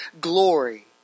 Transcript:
glory